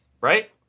right